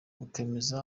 ukemeza